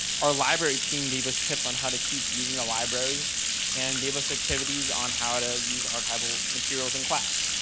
our library team divas tips on how to teach using a library and gave us activities on how to use archival materials in class.